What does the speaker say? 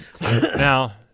Now